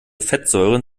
fettsäuren